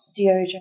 deodorant